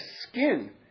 skin